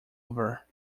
over